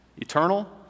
Eternal